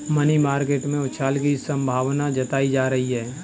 money market में उछाल की संभावना जताई जा रही है